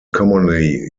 commonly